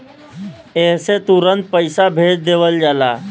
एह से तुरन्ते पइसा भेज देवल जाला